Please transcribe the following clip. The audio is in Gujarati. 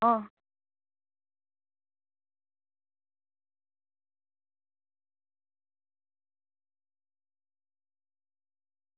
હં